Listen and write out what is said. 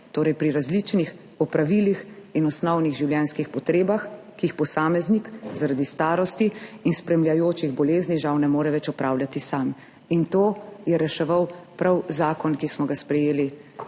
torej pri različnih opravilih in osnovnih življenjskih potrebah, ki jih posameznik zaradi starosti in spremljajočih bolezni žal ne more več opravljati sam. To je reševal prav zakon, ki smo ga sprejeli